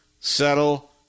settle